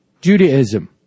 Judaism